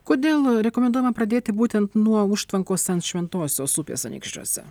kodėl rekomenduojama pradėti būtent nuo užtvankos ant šventosios upės anykščiuose